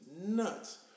nuts